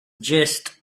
just